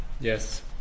Yes